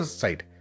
side